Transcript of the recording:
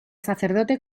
sacerdote